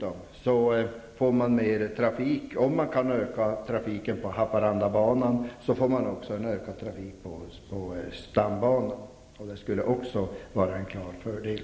Om man kan öka trafiken på Haparandabanan får man också en ökad trafik på stambanan, och det skulle också vara en klar fördel.